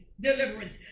deliverance